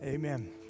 Amen